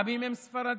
גם אם הם ספרדים,